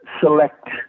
select